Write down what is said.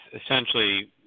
essentially